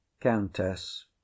Countess